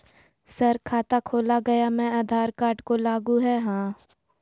Sir खाता खोला गया मैं आधार कार्ड को लागू है हां?